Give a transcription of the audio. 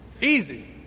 Easy